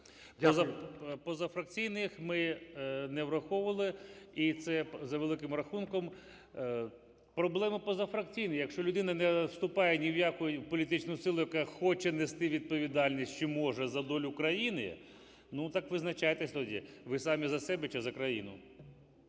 Позафракційних ми не враховували. І це за великим рахунком проблема позафракційних. Якщо людина не вступає ні в якому політичну силу, яка хоче нести відповідальність чи може за долю країни, ну, так визначайтесь тоді: ви самі за себе чи за країну.